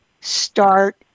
start